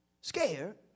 scared